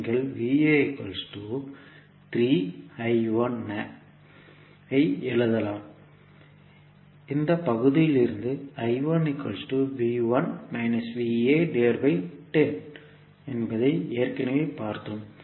நீங்கள் ஐ எழுதலாம் இந்த பகுதியிலிருந்து என்பதை ஏற்கனவே பார்த்தோம்